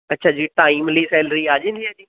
ਅੱਛਾ ਜੀ timely salary ਆ ਜਾਂਦੀ ਹੈ ਜੀ